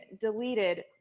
deleted